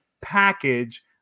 package